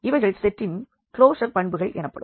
இவைகள் செட்டின் க்லோஷர் பண்புகள் எனப்படும்